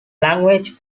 language